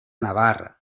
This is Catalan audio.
navarra